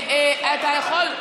אתה יכול,